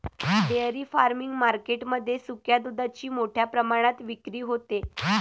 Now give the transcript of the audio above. dairy farming market मध्ये सुक्या दुधाची मोठ्या प्रमाणात विक्री होते